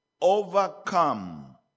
overcome